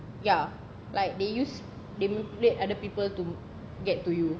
ya like they use they played other people to get to you